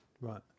right